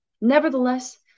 Nevertheless